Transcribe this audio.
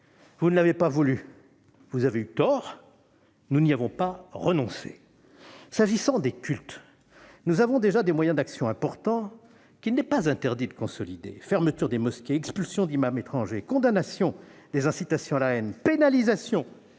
Vous ne l'avez pas voulu. Vous avez eu tort ; nous n'y avons pas renoncé. S'agissant des cultes, nous avons déjà des moyens d'action importants, qu'il n'est pas interdit de consolider : fermeture de mosquées, expulsion d'imams étrangers, condamnation des incitations à la haine, pénalisation